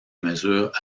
mesures